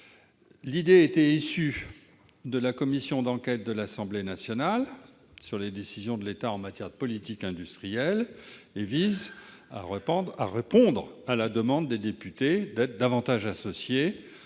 issu d'une idée de la commission d'enquête de l'Assemblée nationale sur les décisions de l'État en matière de politique industrielle, qui vise à répondre à la demande des députés d'être davantage associés